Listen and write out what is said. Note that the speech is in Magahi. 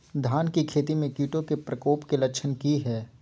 धान की खेती में कीटों के प्रकोप के लक्षण कि हैय?